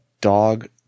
Dog